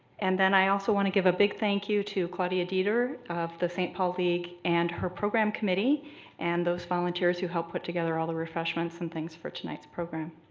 and then i also want to give a big thank you to claudia dieter of the saint paul league and her program committee and those volunteers who helped put together all the refreshments and things for tonight's program.